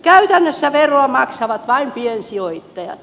käytännössä veroa maksavat vain piensijoittajat